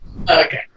Okay